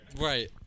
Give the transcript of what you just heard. Right